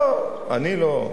לא, אני לא.